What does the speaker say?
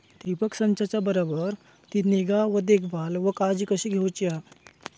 ठिबक संचाचा बराबर ती निगा व देखभाल व काळजी कशी घेऊची हा?